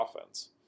offense